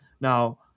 Now